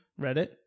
Reddit